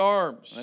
arms